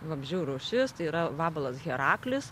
vabzdžių rūšis tai yra vabalas heraklis